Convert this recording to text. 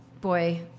boy